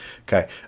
Okay